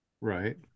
Right